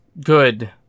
Good